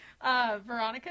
Veronica